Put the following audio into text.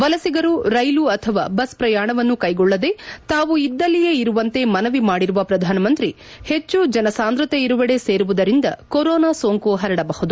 ವಲಸಿಗರು ರೈಲು ಅಥವಾ ಬಸ್ ಪ್ರಯಾಣವನ್ನು ಕೈಗೊಳ್ಳದೇ ತಾವು ಇದ್ದಲ್ಲಿಯೇ ಇರುವಂತೆ ಮನವಿ ಮಾಡಿರುವ ಶ್ರಧಾನ ಮಂತ್ರಿ ಹೆಚ್ಚು ಜನಸಾಂದ್ರತೆ ಇರುವೆಡೆ ಸೇರುವುದರಿಂದ ಕೊರೊನಾ ಸೋಂಕು ಪರಡಬಹುದು